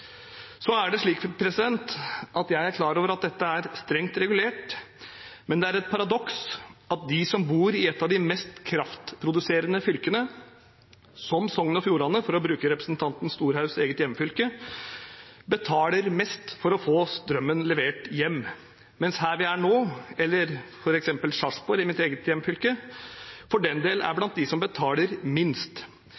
Jeg er klar over at dette er strengt regulert, men det er et paradoks at de som bor i et av de mest kraftproduserende fylkene, som Sogn og Fjordane, for å bruke representanten Storehaugs eget hjemfylke, betaler mest for å få strømmen levert hjem, mens her vi er nå, eller f.eks. Sarpsborg i mitt eget hjemfylke, for den del, er